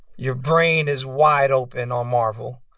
your brain is wide open on marvel.